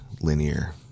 linear